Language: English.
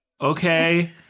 okay